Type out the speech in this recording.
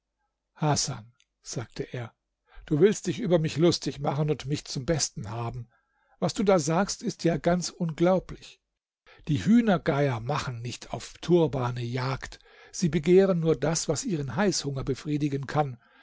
hasan sagte er du willst dich über mich lustig machen und mich zum besten haben was du da sagst ist ja ganz unglaublich die hühnergeier machen nicht auf turbane jagd sie begehren nur das was ihren heißhunger befriedigen kann